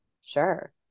Sure